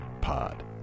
pod